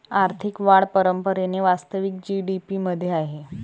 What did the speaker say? आर्थिक वाढ परंपरेने वास्तविक जी.डी.पी मध्ये आहे